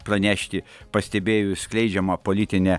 pranešti pastebėjus skleidžiamą politinę